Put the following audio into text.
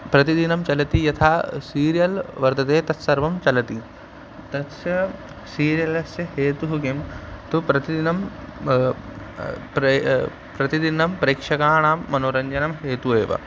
प्रतिदिनं चलति यथा सीरियल् वर्तते तत्सर्वं चलति तस्य सीरियलस्य हेतुः किं तु प्रतिदिनं प्रय् प्रतिदिनं प्रेक्षकाणां मनोरञ्जनं हेतुः एव